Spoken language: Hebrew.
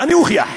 ואני אוכיח.